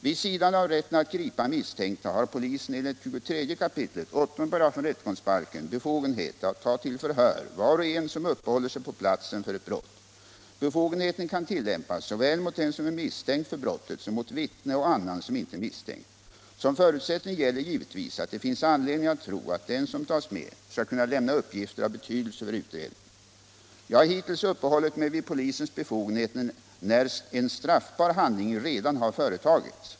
Vid sidan av rätten att gripa misstänkta har polisen enligt 23 kap. 85 rättegångsbalken befogenhet att ta till förhör var och en som uppehåller sig på platsen för ett brott. Befogenheten kan tillämpas såväl mot den som är misstänkt för brottet som mot vittne och annan som inte är misstänkt. Som förutsättning gäller givetvis att det finns anledning att tro att den som tas med skall kunna lämna uppgifter av betydelse för utredningen. Jag har hittills uppehållit mig vid polisens befogenheter när en straffbar handling redan har företagits.